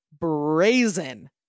brazen